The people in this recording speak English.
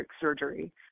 surgery